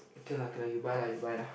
okay lah okay lah you buy you buy lah